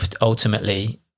ultimately